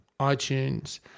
iTunes